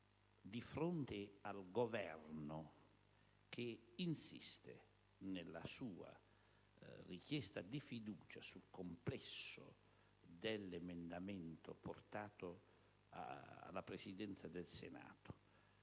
di fronte al Governo che insiste nella sua richiesta di fiducia sul complesso dell'emendamento portato alla Presidenza del Senato,